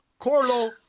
Corlo